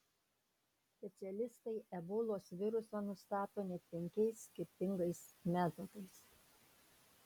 specialistai ebolos virusą nustato net penkiais skirtingais metodais